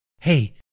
hey